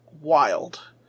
wild